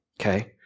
okay